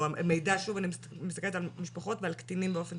שוב, אני מדברת על משפחות וקטנים באופן ספציפי.